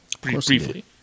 briefly